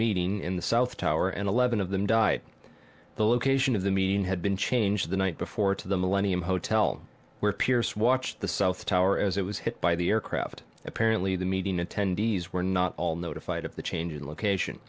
meeting in the south tower and eleven of them died the location of the meeting had been changed the night before to the millennium hotel where pierce watched the south tower as it was hit by the aircraft apparently the meeting attendees were not all notified of the change in location